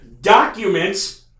documents